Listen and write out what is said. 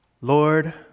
Lord